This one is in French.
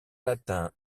latin